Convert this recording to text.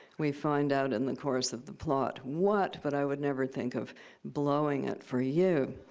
we find out in the course of the plot what, but i would never think of blowing it for you.